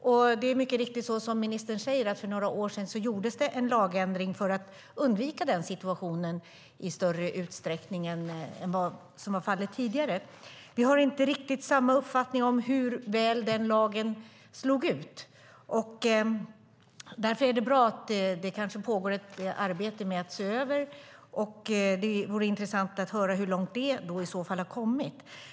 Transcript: Ministern säger mycket riktigt att det för några år sedan gjordes en lagändring för att i större utsträckning än vad som var fallet tidigare undvika just sådana situationer. Vi har inte riktigt samma uppfattning om hur väl den lagen slagit ut, och därför är det bra att det pågår ett arbete med att se över bestämmelserna. Det vore intressant att höra hur långt det arbetet i så fall har kommit.